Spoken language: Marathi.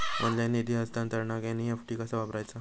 ऑनलाइन निधी हस्तांतरणाक एन.ई.एफ.टी कसा वापरायचा?